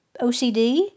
OCD